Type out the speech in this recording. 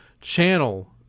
channel